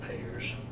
payers